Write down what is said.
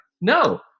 No